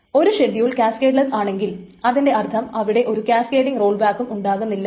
ഒരു schedule cascadeless ആണെങ്കിൽ അതിന്റെ അർത്ഥം അവിടെ ഒരു കാസ്കേഡിംഗ് റോൾ ബാഗും ഉണ്ടാകില്ല